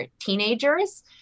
teenagers